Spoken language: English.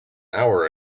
hour